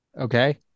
Okay